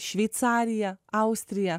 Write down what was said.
šveicarija austrija